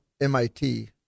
MIT